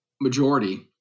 majority